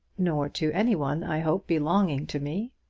nor to any one, i hope, belonging to me.